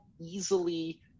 easily